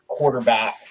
quarterbacks